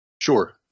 Sure